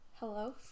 Hello